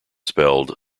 spelled